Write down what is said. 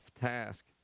task